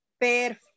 Perfecto